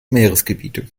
meeresgebiete